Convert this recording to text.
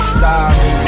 sorry